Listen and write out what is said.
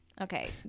Okay